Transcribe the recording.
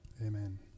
Amen